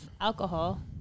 alcohol